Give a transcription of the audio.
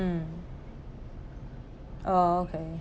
mm oh okay